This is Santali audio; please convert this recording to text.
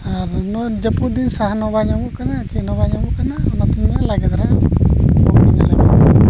ᱟᱨ ᱱᱚᱣᱟ ᱡᱟᱹᱯᱩᱫ ᱫᱤᱱ ᱥᱟᱦᱟᱱ ᱦᱚᱸ ᱵᱟᱭ ᱧᱟᱢᱚᱜ ᱠᱟᱱᱟ ᱪᱮᱫᱦᱚᱸ ᱵᱟᱭ ᱧᱟᱢᱚᱜ ᱠᱟᱱᱟ ᱚᱱᱟᱛᱮ ᱱᱚᱣᱟ ᱞᱟᱜᱮ ᱫᱷᱟᱨᱟ